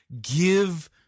Give